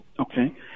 Okay